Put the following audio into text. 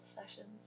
sessions